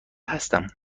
هستم